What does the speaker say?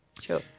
Sure